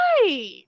right